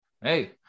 Hey